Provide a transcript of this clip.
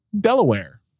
Delaware